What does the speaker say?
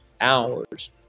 hours